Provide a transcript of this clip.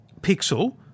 Pixel